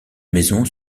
maison